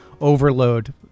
overload